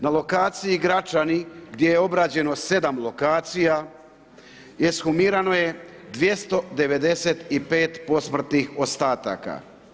Na lokaciji Gračani, gdje je obrađeno 7 lokacija i ekshumirano je 295 posmrtnih ostataka.